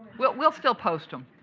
we'll we'll still post them.